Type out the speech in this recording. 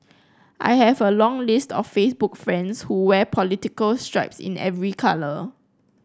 I have a long list of Facebook friends who wear political stripes in every colour